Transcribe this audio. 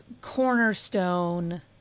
cornerstone